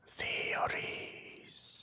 theories